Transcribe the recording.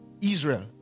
Israel